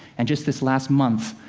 and just this last month,